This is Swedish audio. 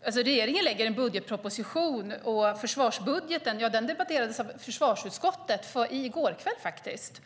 Regeringen lägger fram en budgetproposition, och försvarsbudgeten debatterades av försvarsutskottet i går kväll faktiskt.